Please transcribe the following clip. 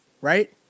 right